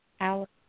Alex